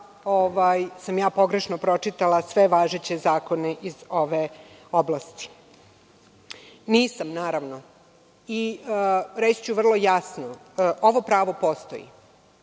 sam ja pogrešno pročitala sve važeće zakone iz ove oblasti? Nisam, naravno. Reći ću vrlo jasno, ovo pravo postoji.